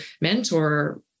mentor